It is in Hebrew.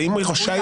הוא יכול,